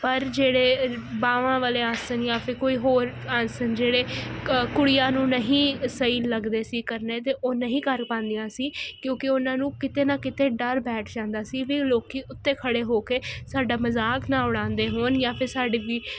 ਪਰ ਜਿਹੜੇ ਬਾਵਾਂ ਵਾਲੇ ਆਸਣ ਜਾਂ ਫਿਰ ਕੋਈ ਹੋਰ ਆਸਣ ਜਿਹੜੇ ਕੁੜੀਆਂ ਨੂੰ ਨਹੀਂ ਸਹੀ ਲੱਗਦੇ ਸੀ ਕਰਨੇ ਤੇ ਉਹ ਨਹੀਂ ਕਰ ਪਾਂਦੀਆਂ ਸੀ ਕਿਉਂਕਿ ਉਨ੍ਹਾਂ ਨੂੰ ਕਿਤੇ ਨਾ ਕਿਤੇ ਡਰ ਬੈਠ ਜਾਂਦਾ ਸੀ ਵੀ ਲੋਕੀਂ ਉੱਤੇ ਖੜੇ ਹੋ ਕੇ ਸਾਡਾ ਮਜ਼ਾਕ ਨਾ ਉਡਾਂਦੇ ਹੋਣ ਜਾਂ ਫਿਰ ਸਾਡੇ ਵੀ